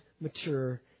mature